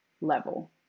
level